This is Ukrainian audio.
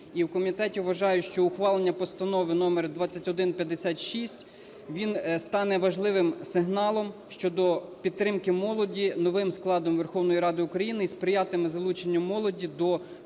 в комітеті вважають, що ухвалення Постанови номер 2156, він стане важливим сигналом щодо підтримки молоді новим складом Верховної Ради України і сприятиме залученню молоді до процесів